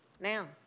now